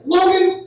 Logan